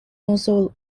also